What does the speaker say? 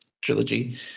trilogy